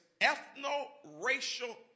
ethno-racial